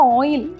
oil